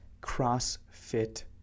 cross-fit